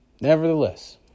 nevertheless